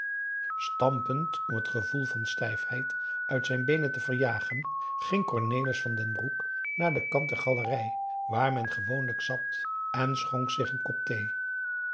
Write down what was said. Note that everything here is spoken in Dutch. stampend om het gevoel van stijfheid uit zijn beenen te verjagen ging cornelis van den broek naar den kant der galerij waar men gewoonlijk zat en schonk zich een kop thee